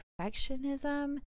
perfectionism